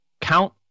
count